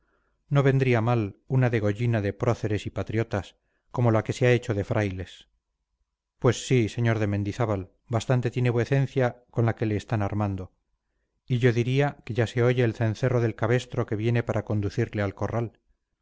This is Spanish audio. no vendría mal una degollina de próceres y patriotas como la que se ha hecho de frailes pues sí sr de mendizábal bastante tiene vuecencia con la que le están armando hillo diría que ya se oye el cencerro del cabestro que viene para conducirle al corral